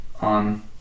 on